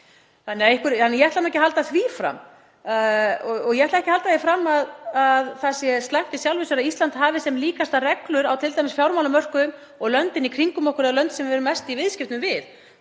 Ég ætla ekki að halda því fram og ég ætla ekki að halda því fram að það sé slæmt í sjálfu sér að Ísland hafi sem líkastar reglur á fjármálamörkuðum og löndin í kringum okkur og lönd sem við eigum mest í viðskiptum við,